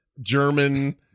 German